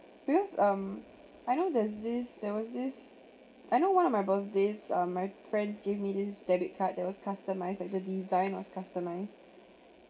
because um I know there's this there was this I know one of my birthdays um my friends gave me this debit card that was customise like the design was customise